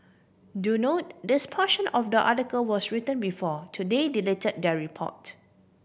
do note this portion of the article was written before Today delete their report